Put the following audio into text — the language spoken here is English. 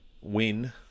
win